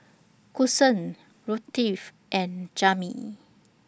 Kason Ruthie and Jamey